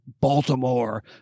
Baltimore